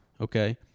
Okay